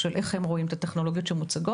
כלומר איך הם רואים את הטכנולוגיות שמוצגות.